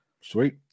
Sweet